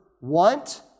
want